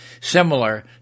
similar